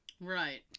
Right